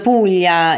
Puglia